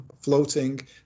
floating